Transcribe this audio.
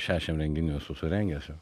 šiašim renginių esu surengęs jau